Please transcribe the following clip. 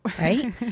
Right